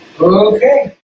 Okay